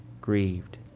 grieved